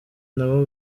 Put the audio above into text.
nabo